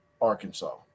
arkansas